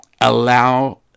allow